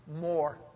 more